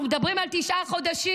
אנחנו מדברים על תשעה חודשים.